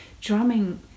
Drumming